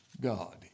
God